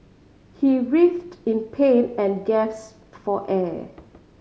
he writhed in pain and gaps for air